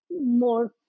more